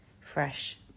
fresh